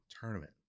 tournament